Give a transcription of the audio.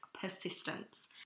persistence